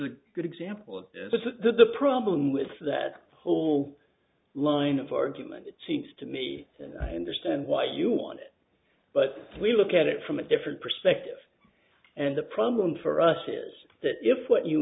a good example of the problem with that whole line of argument it seems to me and i understand why you want it but we look at it from a different perspective and the problem for us is that if what you